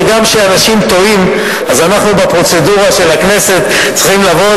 גם כשאנשים טועים אנחנו בפרוצדורה של הכנסת צריכים לבוא,